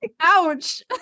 Ouch